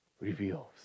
reveals